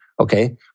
Okay